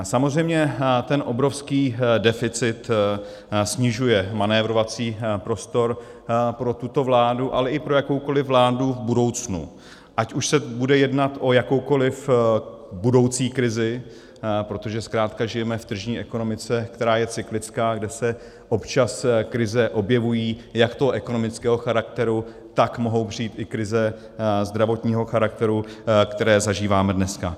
Samozřejmě ten obrovský deficit snižuje manévrovací prostor pro tuto vládu, ale i pro jakoukoliv vládu v budoucnu, ať už se bude jednat o jakoukoliv budoucí krizi, protože zkrátka žijeme v tržní ekonomice, která je cyklická, kde se občas krize objevují, jak toho ekonomického charakteru, tak mohou přijít i krize zdravotního charakteru, které zažíváme dneska.